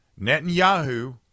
Netanyahu